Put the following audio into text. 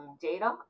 data